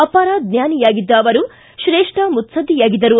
ಅಪಾರ ಜ್ವಾನಿಯಾಗಿದ್ದ ಅವರು ತ್ರೇಷ್ಠ ಮುತ್ಲದ್ದಿಯಾಗಿದ್ದರು